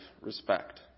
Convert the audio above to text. respect